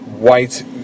White